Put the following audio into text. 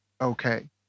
okay